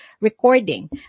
recording